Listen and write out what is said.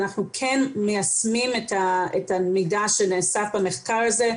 אנחנו כן מיישמים את המידע שנאסף במחקר הזה,